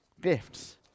gifts